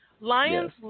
Lions